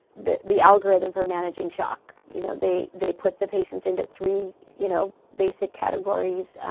the the algorithm for managing shock. you know, they they put the patients into three, you know basic categories.